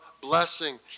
blessing